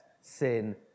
sin